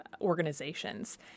organizations